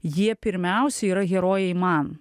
jie pirmiausia yra herojai man